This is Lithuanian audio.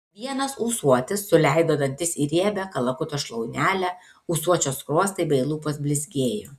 vienas ūsuotis suleido dantis į riebią kalakuto šlaunelę ūsuočio skruostai bei lūpos blizgėjo